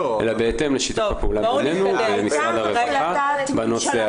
אלא בהתאם לשיתוף הפעולה בינינו למשרד הרווחה בנושא.